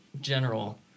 general